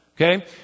okay